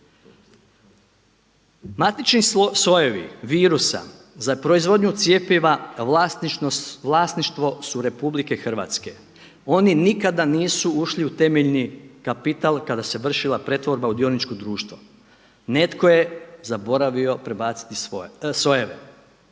Matični sojevi virusa za proizvodnju cjepiva vlasništvo su RH. Oni nikada nisu ušli u temeljni kapital kada se vršila pretvorba u dioničko društvo. Netko je zaboravio prebaciti sojeve.